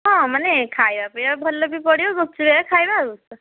ହଁ ମାନେ ଖାଇବା ପିଇବା ଭଲ ବି ପଡ଼ିବ ଗୁପଚୁପ ହେରିକା ଖାଇବା ଆଉ